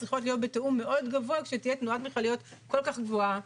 הן צריכות להיות בתיאום מאוד גבוה כשתהיה תנועת מכליות כל כך גבוהה.